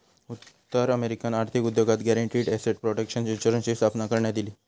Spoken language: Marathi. उत्तर अमेरिकन आर्थिक उद्योगात गॅरंटीड एसेट प्रोटेक्शन इन्शुरन्सची स्थापना करण्यात इली